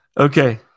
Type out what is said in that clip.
Okay